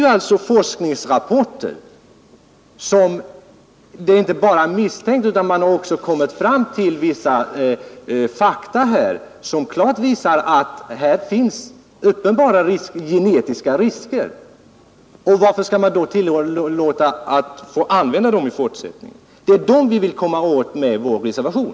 Det finns forskningsrapporter som inte bara innehåller misstankar utan fakta, som klart visar att det här finns uppenbara genetiska risker. Varför skall man då tillåta att dessa bekämpningsmedel får användas i fortsättningen? Det är de bekämpningsmedlen vi vill komma åt med vår reservation.